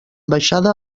baixada